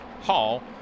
Hall